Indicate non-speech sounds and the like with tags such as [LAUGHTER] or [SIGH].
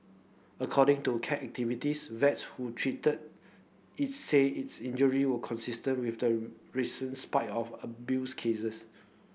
according to cat activist vets who treated its said its injury were consistent with the recent spy [UNINTELLIGIBLE] abuse cases